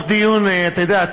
אתה יודע,